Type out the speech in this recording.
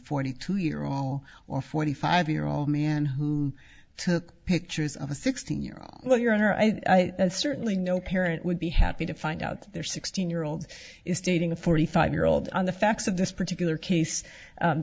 forty two year all or forty five year old man who took pictures of a sixteen year old well your honor i certainly no parent would be happy to find out their sixteen year old is dating a forty five year old on the facts of this particular case